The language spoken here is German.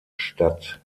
statt